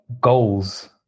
goals